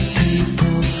people